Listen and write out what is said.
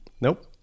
Nope